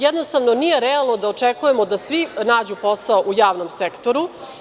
Jednostavno, nije realno da očekujemo da svi nađu posao u javnom sektoru.